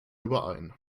überein